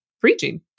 preaching